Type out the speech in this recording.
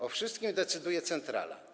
O wszystkim decyduje centrala.